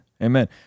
Amen